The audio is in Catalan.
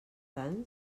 tant